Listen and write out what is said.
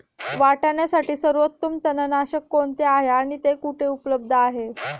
वाटाण्यासाठी सर्वोत्तम तणनाशक कोणते आहे आणि ते कुठे उपलब्ध आहे?